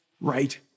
right